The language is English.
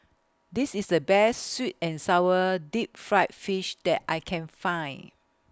This IS The Best Sweet and Sour Deep Fried Fish that I Can Find